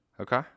Okay